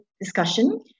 discussion